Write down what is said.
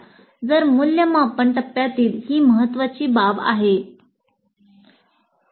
तर मूल्यमापन टप्प्यातील ही महत्त्वाची बाब आहे